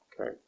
Okay